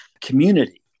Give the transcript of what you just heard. community